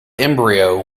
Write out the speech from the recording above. embryo